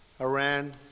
Iran